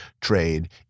trade –